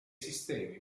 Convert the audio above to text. sistemi